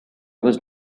was